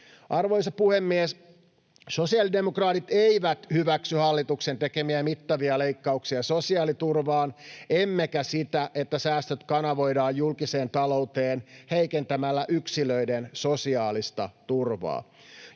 Arvoisa puhemies! Me sosiaalidemokraatit emme hyväksy hallituksen tekemiä mittavia leikkauksia sosiaaliturvaan emmekä sitä, että säästöt kanavoidaan julkiseen talouteen heikentämällä yksilöiden sosiaalista turvaa.